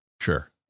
sure